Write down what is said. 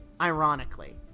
ironically